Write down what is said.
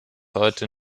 heute